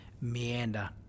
meander